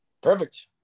Perfect